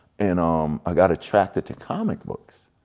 and um i got attracted to comic books.